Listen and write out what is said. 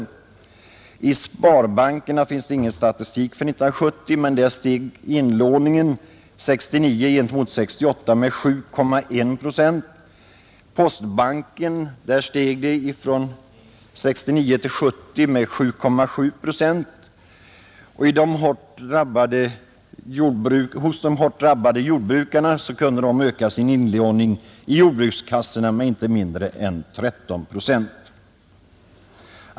För sparbankerna finns ingen statistik för 1970, men där steg inlåningen från år 1968 till 1969 med 7,1 procent, och i Postbanken steg den från 1969 till 1970 med 7,7 procent. De hårt drabbade jordbrukarna kunde öka sin inlåning i jordbrukskassorna med inte mindre än 13 procent.